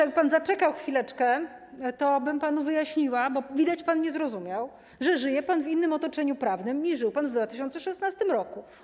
Jakby pan zaczekał chwileczkę, tobym panu wyjaśniła, bo widać, że pan nie zrozumiał, że żyje pan w innym otoczeniu prawnym, niż żył pan w 2016 r.